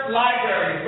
library